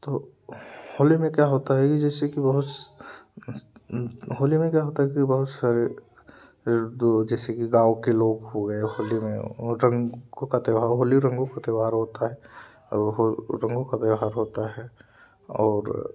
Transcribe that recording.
तो होली में क्या होता है कि जैसे कि बहुत होली में क्या होता है कि बहुत सारे रि रो जैसे कि गाँव के लोग हो गए होली में और रंग गो का त्योहार होली रंगो का त्योहार होता है और हो रंगो का व्यवहार होता है और